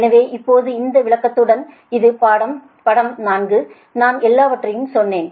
எனவே இப்போது இந்த விளக்கத்துடன் இது படம் 4 நான் எல்லாவற்றையும் சொன்னேன்